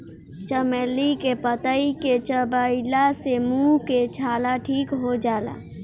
चमेली के पतइ के चबइला से मुंह के छाला ठीक हो जाला